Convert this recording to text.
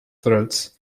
throats